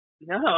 No